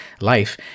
life